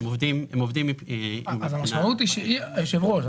היושב ראש,